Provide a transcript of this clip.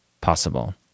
possible